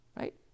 right